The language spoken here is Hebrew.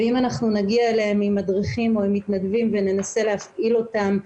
ואם אנחנו נגיע אליהם עם מדריכים או עם מתנדבים וננסה להפעיל אותם,